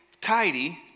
tidy